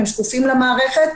הם שקופים למערכת.